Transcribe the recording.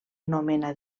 nomena